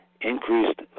increased